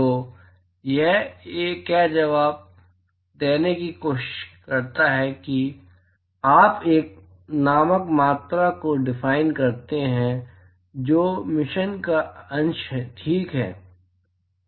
तो यह क्या जवाब देने की कोशिश करता है कि क्या आप एफ नामक मात्रा को डिफाइन करते हैं जो मिशन का अंश ठीक है